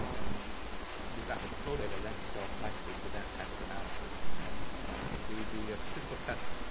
and this ah like flow data lends itself nicely to that type of analysis, and you know the the statistical test,